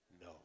no